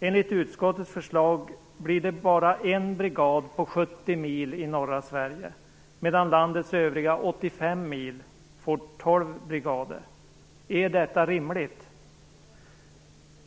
Enligt utskottets förslag blir det bara en brigad på 70 mil i norra Sverige medan landets övriga 85 mil får 12 brigader. Är detta rimligt?